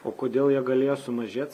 o kodėl jie galėjo sumažėt